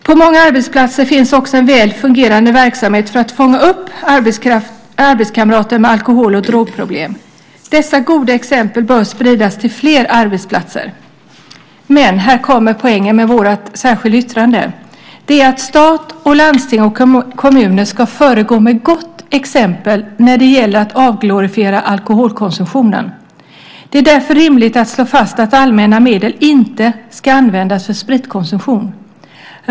På många arbetsplatser finns också en väl fungerande verksamhet för att fånga upp arbetskamrater med alkohol och drogproblem. Dessa goda exempel bör spridas till fler arbetsplatser. Men - och här kommer poängen med vårt särskilda yttrande - stat, landsting och kommuner måste föregå med gott exempel när det gäller att avglorifiera alkoholkonsumtionen. Det är därför rimligt att slå fast att allmänna medel inte ska användas för spritkonsumtion.